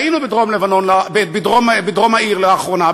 היינו בדרום העיר לאחרונה,